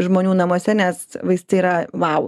žmonių namuose nes vaistai yra vau